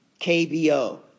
KBO